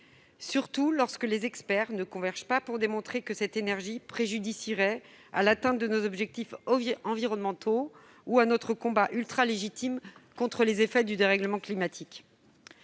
Surtout lorsque les experts ne convergent pas pour démontrer que cette énergie serait préjudiciable à l'atteinte de nos objectifs environnementaux ou à notre combat ultralégitime contre les effets du dérèglement climatique.